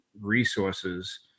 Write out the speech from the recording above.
resources